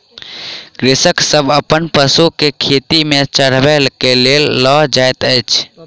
कृषक सभ अपन पशु के खेत में चरबै के लेल लअ जाइत अछि